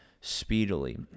speedily